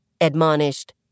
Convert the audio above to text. admonished